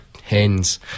hens